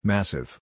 Massive